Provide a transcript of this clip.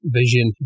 vision